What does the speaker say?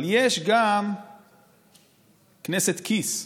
אבל יש גם כנסת כיס,